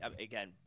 Again